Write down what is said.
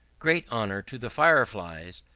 great honour to the fire-flies!